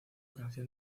canción